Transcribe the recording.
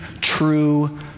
true